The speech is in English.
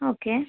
okay